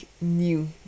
new